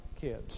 kids